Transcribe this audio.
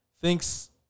thinks